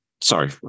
Sorry